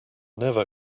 never